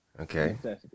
Okay